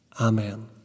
Amen